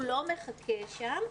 הוא לא מחכה שם.